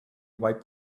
wiped